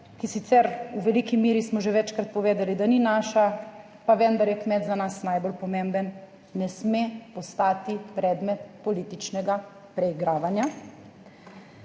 ki sicer v veliki meri smo že večkrat povedali, da ni naša, pa vendar je kmet za nas najbolj pomemben, ne sme postati predmet političnega preigravanja.